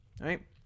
right